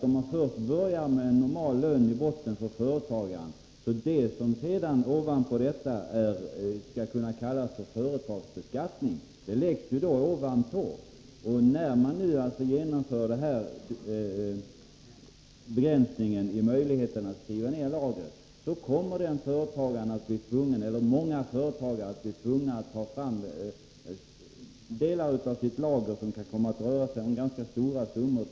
Om man lägger en normal lön i botten för företagaren, läggs det som skall kunna komma i fråga för beskattning ovanpå detta. När man nu genomför en sådan här begränsning i möjligheten att skriva ned lagren kommer många företagare att bli tvungna att i ett sammanhang till beskattning ta upp delar av sitt lager, uppgående till ganska stora summor.